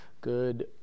good